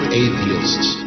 atheists